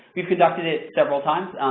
we conducted it several times,